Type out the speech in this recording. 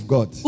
God